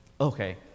okay